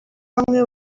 bamwe